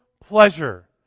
pleasure